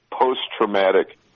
Post-traumatic